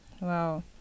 wow